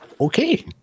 Okay